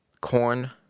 corn